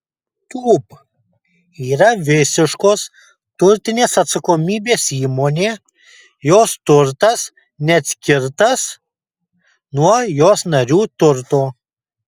tūb yra visiškos turtinės atsakomybės įmonė jos turtas neatskirtas nuo jos narių turto